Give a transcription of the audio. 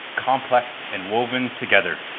complex and woven together.